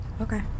Okay